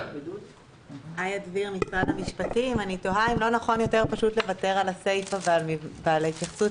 אני תוהה אם לא נכון יותר לוותר על הסיפה ועל ההתייחסות